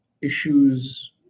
issues